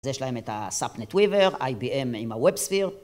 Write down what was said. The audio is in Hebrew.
אז יש להם את ה-Sapnet Weaver, IBM עם ה-WebSphere